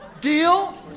Deal